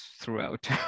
Throughout